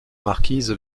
marquise